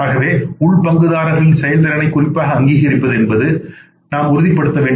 ஆகவே உள் பங்குதாரர்களின் செயல்திறனை குறிப்பாக அங்கீகரிப்பது என்று நாம் உறுதிப்படுத்த வேண்டும்